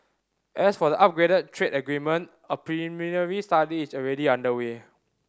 as for the upgraded trade agreement a preliminary study is already underway